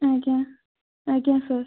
ଆଜ୍ଞା ଆଜ୍ଞା ସାର୍